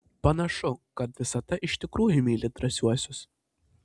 panašu kad visata iš tikrųjų myli drąsiuosius